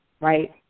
right